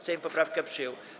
Sejm poprawkę przyjął.